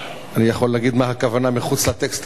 אני יכול להגיד מה הכוונה מחוץ לטקסט,